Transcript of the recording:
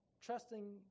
Trusting